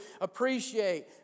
appreciate